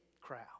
crowd